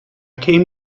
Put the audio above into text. came